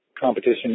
competition